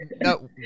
no